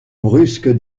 brusque